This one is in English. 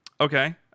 Okay